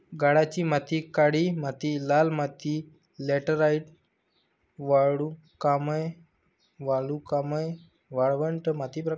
गाळाची माती काळी माती लाल माती लॅटराइट वालुकामय वालुकामय वाळवंट माती प्रकार